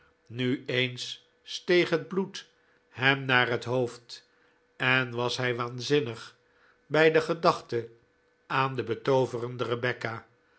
nu eens steeg het bloed hem naar het hoofd en was hij waanzinnig bij de gedachte aan de betooverende rebecca